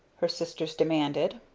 her sisters demanded.